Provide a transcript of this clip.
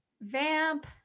vamp